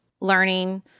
learning